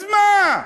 אז מה?